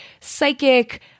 psychic